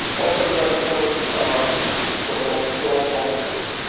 also, there are different so called throw boxes,